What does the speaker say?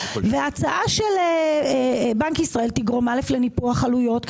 וההצעה של בנק ישראל תגרום א' לניפוח עלויות,